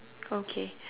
okay